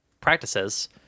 practices